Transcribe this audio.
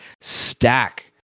Stack